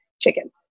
chicken